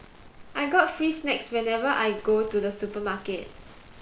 I got free snacks whenever I go to the supermarket